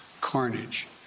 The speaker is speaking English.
carnage